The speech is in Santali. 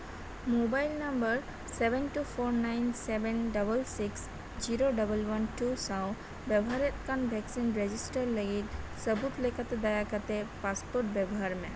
mobile number seven two four nine seven double six zero double one ᱥᱟᱶ ᱵᱮᱵᱚᱦᱟᱨᱮᱫ ᱠᱟᱱ ᱵᱷᱮᱠᱥᱤᱱ ᱨᱮᱡᱤᱥᱴᱟᱨ ᱞᱟᱹᱜᱤᱫ ᱥᱟᱹᱵᱩᱫᱽ ᱞᱮᱠᱟᱛᱮ ᱫᱟᱭᱟ ᱠᱟᱛᱮᱫ ᱯᱟᱥᱯᱳᱨᱴ ᱵᱮᱵᱚᱦᱟᱨ ᱢᱮ